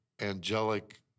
angelic